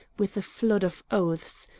with a flood of oaths,